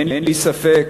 אין לי ספק